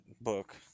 book